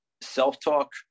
self-talk